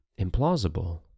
implausible